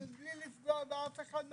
מבלי לפגוע באף אחד,